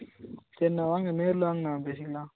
சேரிணா வாங்க நேரில் வாங்கணா பேசிக்கலாம்